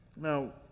Now